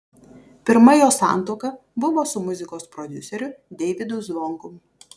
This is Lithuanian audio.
pirma jos santuoka buvo su muzikos prodiuseriu deivydu zvonkum